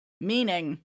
meaning